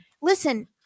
listen